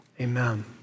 Amen